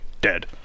dead